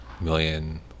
million